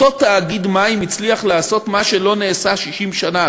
תאגיד מים הצליח לעשות מה שלא נעשה 60 שנה,